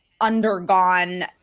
undergone